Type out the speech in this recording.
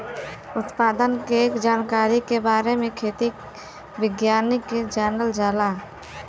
उत्पादन के जानकारी के बारे में खेती विज्ञान से जानल जाला